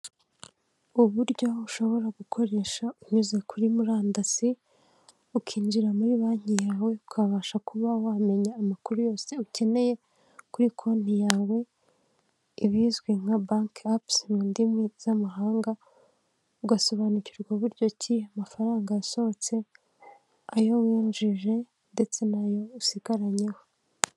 Uburyo ushobora gukoresha unyuze kuri murandasi, ukinjira muri banki yawe, ukabasha kuba wamenya amakuru yose ukeneye kuri konti yawe, ibizwi nka banki apuzi mu ndimi z'amahanga, ugasobanukirwa uburyo ki amafaranga yasohotse ayo winjije ndetse n'ayo usigaranyeho.